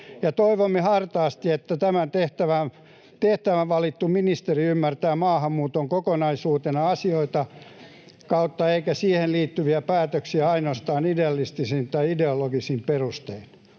Toivomme hartaasti, että tämä tehtävään valittu ministeri ymmärtää maahanmuuton kokonaisuutena asioiden [Leena Meri: Esitän edustaja Purraa!] kautta eikä tee siihen liittyviä päätöksiä ainoastaan idealistisin tai ideologisin perustein.